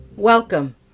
Welcome